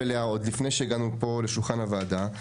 אליה עוד לפני שהגענו לפה לשולחן הוועדה,